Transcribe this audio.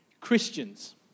Christians